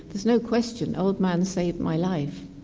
there's no question, old man saved my life.